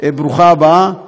ברוכה הבאה,